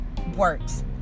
works